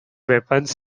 weapons